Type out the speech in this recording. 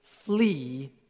flee